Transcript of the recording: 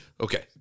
okay